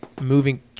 moving